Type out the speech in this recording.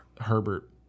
Herbert